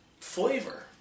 Flavor